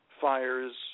fires